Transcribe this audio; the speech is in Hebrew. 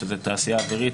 שהן התעשייה האווירית,